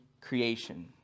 creation